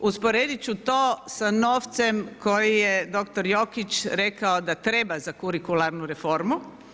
Usporedit ću to sa novcem koji je doktor Jokić rekao da treba za kurikularnu reformu.